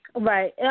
Right